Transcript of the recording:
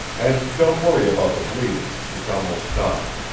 and don't worry about the bleeding it's almost stopped.